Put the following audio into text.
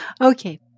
Okay